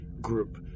group